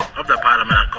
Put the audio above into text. of the parliament